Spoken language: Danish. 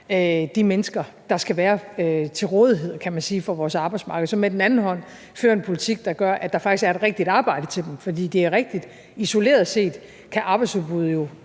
de mennesker, der skal være til rådighed, kan man sige, for vores arbejdsmarked, og så med den anden hånd fører en politik, der gør, at der faktisk er et rigtigt arbejde til dem. For det er rigtigt, at isoleret set kan arbejdsudbuddet jo